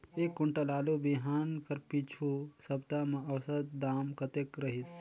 एक कुंटल आलू बिहान कर पिछू सप्ता म औसत दाम कतेक रहिस?